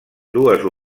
dues